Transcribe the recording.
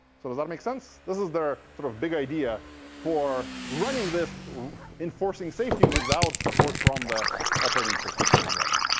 so does that make sense? this is their sort of big idea for running this enforcing safety without support from that operating system at some level.